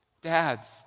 dads